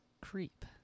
creep